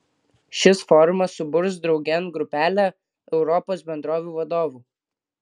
šis forumas suburs draugėn grupelę europos bendrovių vadovų